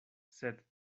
sed